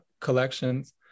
collections